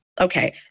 Okay